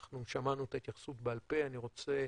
אנחנו שמענו את ההתייחסות בעל פה, אני רוצה